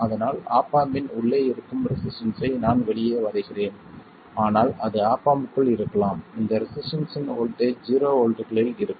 அதனால் op amp இன் உள்ளே இருக்கும் ரெசிஸ்டன்ஸ்ஸை நான் வெளியே வரைகிறேன் ஆனால் அது ஆப் ஆம்ப்க்குள் இருக்கலாம் இந்த ரெசிஸ்டன்ஸ்ஸின் வோல்ட்டேஜ் ஜீரோ வோல்ட்களில் இருக்கும்